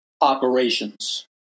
operations